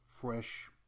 fresh